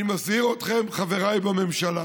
אני מזהיר אתכם, חבריי בממשלה: